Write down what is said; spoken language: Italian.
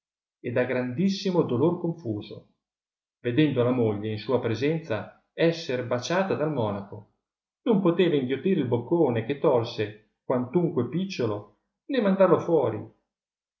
e da grandissimo dolor confuso vedendo la moglie in sua presenza esser baciata dal monaco non poteva inghiottire il boccone che tolse quantunque picciolo né mandarlo fuori